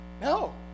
No